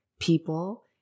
people